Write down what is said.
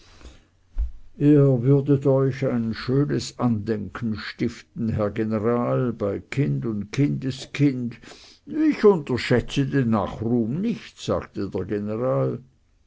ihr würdet euch ein schönes andenken stiften herr general bei kind und kindeskind ich unterschätze den nachruhm nicht sagte der general